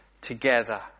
together